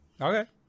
Okay